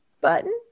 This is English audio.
button